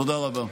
תודה רבה.